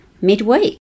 midweek